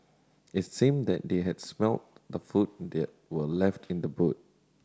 it seemed that they had smelt the food that were left in the boot